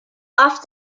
off